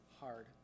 hard